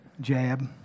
jab